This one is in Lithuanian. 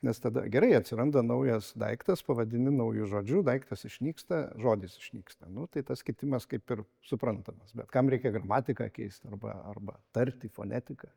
nes tada gerai atsiranda naujas daiktas pavadini nauju žodžiu daiktas išnyksta žodis išnyksta nu tai tas kitimas kaip ir suprantamas bet kam reikia gramatiką keist arba arba tartį fonetiką